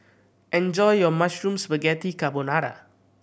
enjoy your Mushroom Spaghetti Carbonara